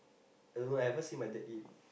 I don't know I never see my dad eat